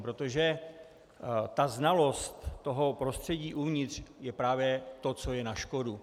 Protože znalost prostředí uvnitř je právě to, co je na škodu.